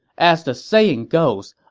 as the saying goes,